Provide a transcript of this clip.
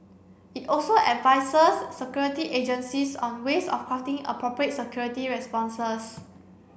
it also advises security agencies on ways of crafting appropriate security responses